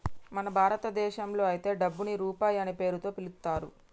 మన భారతదేశంలో అయితే డబ్బుని రూపాయి అనే పేరుతో పిలుత్తారు